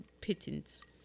pittance